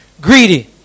Greedy